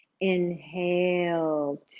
inhale